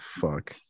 fuck